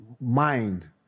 mind